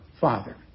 Father